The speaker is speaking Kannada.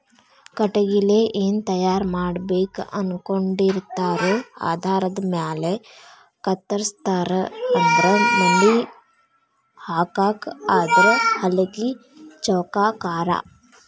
ಕಟಗಿಲೆ ಏನ ತಯಾರ ಮಾಡಬೇಕ ಅನಕೊಂಡಿರತಾರೊ ಆಧಾರದ ಮ್ಯಾಲ ಕತ್ತರಸ್ತಾರ ಅಂದ್ರ ಮನಿ ಹಾಕಾಕ ಆದ್ರ ಹಲಗಿ ಚೌಕಾಕಾರಾ